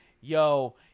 Yo